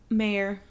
mayor